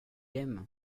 aime